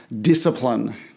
discipline